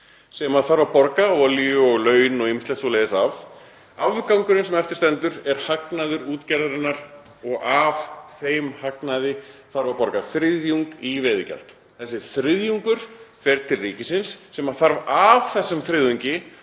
það þarf að borga af olíu og laun og ýmislegt svoleiðis. Afgangurinn sem eftir stendur er hagnaður útgerðarinnar og af þeim hagnaði þarf að borga þriðjung í veiðigjald. Þessi þriðjungur fer til ríkisins sem þarf af þessum þriðjungi